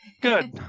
Good